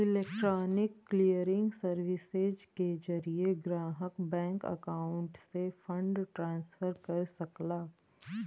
electronic clearing services के जरिये ग्राहक बैंक अकाउंट से फंड ट्रांसफर कर सकला